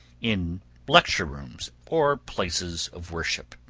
in lecture rooms, or places of worship.